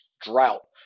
drought